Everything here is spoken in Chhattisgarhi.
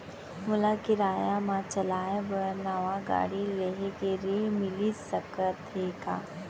मोला किराया मा चलाए बर नवा गाड़ी लेहे के ऋण मिलिस सकत हे का?